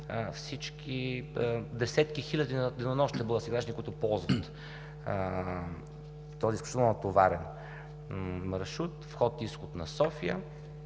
всички десетки хиляди на денонощие български граждани, които ползват този изключително натоварен маршрут – вход-изход на София